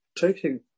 taking